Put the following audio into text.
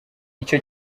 ico